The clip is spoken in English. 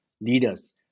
leaders